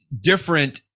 different